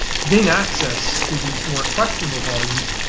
to gain access to these more questionable volumes,